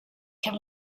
can